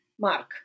Mark